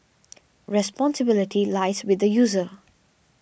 responsibility lies with the user